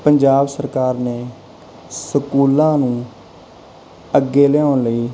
ਪੰਜਾਬ ਸਰਕਾਰ ਨੇ ਸਕੂਲਾਂ ਨੂੰ ਅੱਗੇ ਲਿਆਉਣ ਲਈ